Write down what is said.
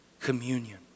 Communion